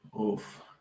Oof